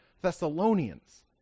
Thessalonians